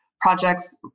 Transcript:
projects